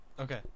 Okay